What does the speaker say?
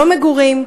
לא מגורים.